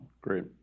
Great